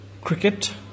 cricket